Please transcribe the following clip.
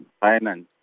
Finance